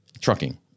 trucking